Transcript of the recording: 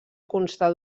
constar